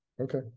okay